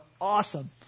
awesome